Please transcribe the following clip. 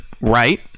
Right